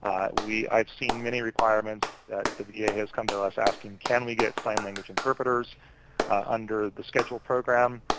we i've seen many requirements that the va has come to us asking, can we get sign language interpreters under the schedule program?